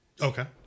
Okay